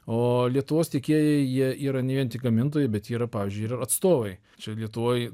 o lietuvos tiekėjai jie yra ne vien tik gamintojai bet yra pavyzdžiui ir atstovai čia lietuvoj